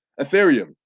Ethereum